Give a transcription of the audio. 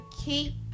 keep